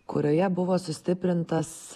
kurioje buvo sustiprintas